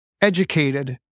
educated